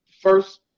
first